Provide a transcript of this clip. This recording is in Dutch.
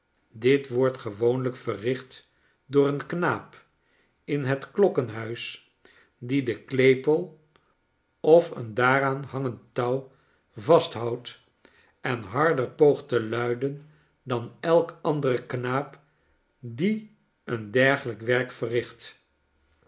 dit wordt gewoonlijk verricht door een knaap in het klokkenhuis die den klepel of een daaraan hangend touw vasthoudt en harder poogt te luiden dan elk andere knaap die een dergelijk werk verricht